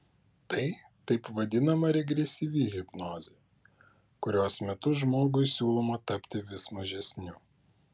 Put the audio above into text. tai taip vadinama regresyvi hipnozė kurios metu žmogui siūloma tapti vis mažesniu